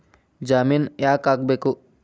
ಜಾಮಿನ್ ಯಾಕ್ ಆಗ್ಬೇಕು?